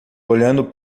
olhando